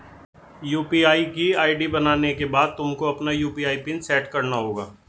UPI की ID बनाने के बाद तुमको अपना यू.पी.आई पिन सैट करना होगा